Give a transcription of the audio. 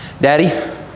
Daddy